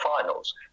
finals